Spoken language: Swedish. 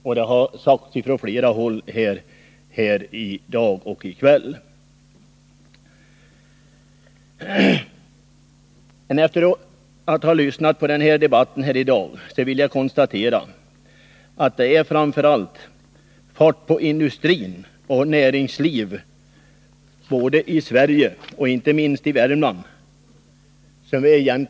Den har också redovisats från flera håll tidigare i dag. Efter att ha lyssnat på debatten här i dag vill jag konstatera att vad som framför allt behövs är fart på industri och näringsliv både i Sverige och inte minst i Värmland.